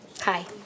Hi